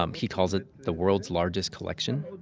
um he calls it the world's largest collection.